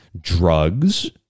drugs